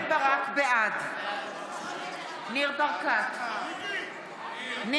(קוראת בשמות חברי הכנסת) קרן ברק,